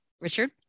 Richard